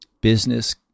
business